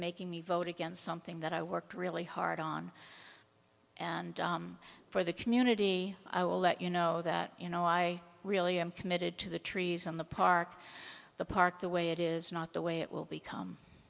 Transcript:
making me vote against something that i worked really hard on and for the community i will let you know that you know i really am committed to the trees on the park the park the way it is not the way it will become